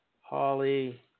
Holly